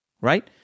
right